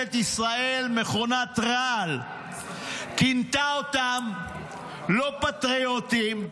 בממשלת ישראל, מכונת רעל, כינתה אותם לא פטריוטים,